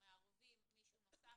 מערבים מישהו נוסף,